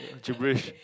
gibberish